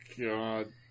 God